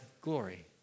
glory